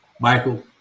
Michael